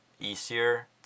easier